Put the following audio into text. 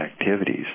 activities